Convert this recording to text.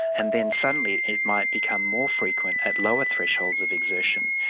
and then suddenly it might become more frequent at lower thresholds of exertion,